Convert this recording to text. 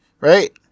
right